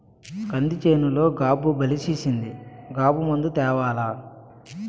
కంది సేనులో గాబు బలిసీసింది గాబు మందు తేవాల